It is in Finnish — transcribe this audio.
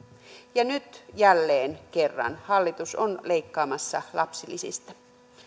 ja nyt jälleen kerran hallitus on leikkaamassa lapsilisistä